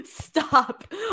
Stop